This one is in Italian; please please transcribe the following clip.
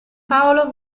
paolo